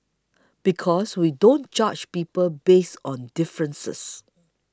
because we don't judge people based on differences